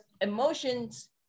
emotions